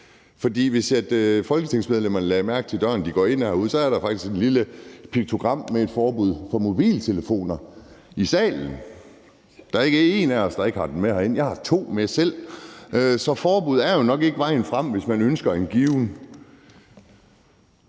For hvis folketingsmedlemmerne lagde mærke til døren, de går ind ad herude, så er der faktisk et lille piktogram med et forbud mod mobiltelefoner i salen. Der er ikke én af os, der ikke har den med herind. Jeg har to med selv. Så forbud er jo nok ikke vejen frem, hvis man ønsker en given